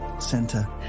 center